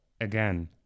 Again